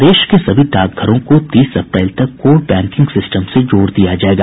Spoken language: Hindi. प्रदेश के सभी डाकघरों को तीस अप्रैल तक कोर बैकिंग सिस्टम से जोड़ दिया जायेगा